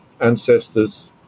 ancestors